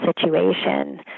situation